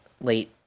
late